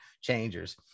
changers